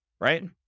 right